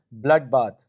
bloodbath